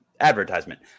advertisement